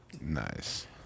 Nice